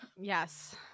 Yes